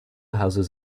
houses